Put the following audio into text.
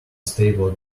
stable